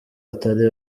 atari